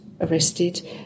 arrested